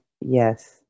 Yes